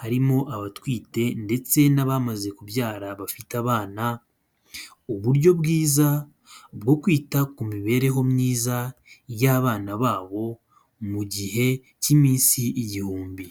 harimo abatwite ndetse n'abamaze kubyara bafite abana, uburyo bwiza bwo kwita ku mibereho myiza y'abana babo mu gihe cy'iminsi igihumbi.